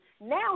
Now